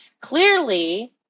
Clearly